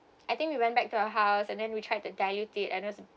I think we went back to our house and then we tried to diluted it and it was